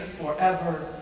forever